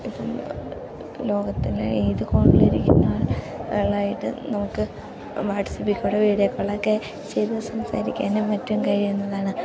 ഇപ്പം ലോകത്തിലെ ഏതു കോണിലിരിക്കുന്ന ആളായിട്ട് നമുക്ക് വാട്സപ്പിൽക്കൂടി വീഡിയോകളൊക്കെ ചെയ്ത് സംസാരിക്കാനും മറ്റും കഴിയുന്നതാണ്